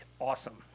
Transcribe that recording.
awesome